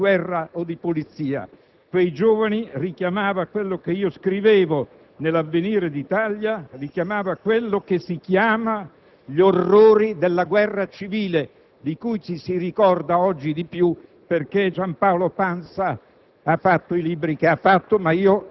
né fatto alcuna operazione di guerra o di polizia; quei giovani richiamavano quello che io scrivevo ne "L'avvenire d'Italia", cioè quello che si chiama "gli orrori della guerra civile", di cui ci si ricorda oggi di più perché Giampaolo Pansa